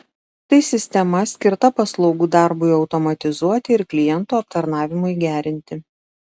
tai sistema skirta paslaugų darbui automatizuoti ir klientų aptarnavimui gerinti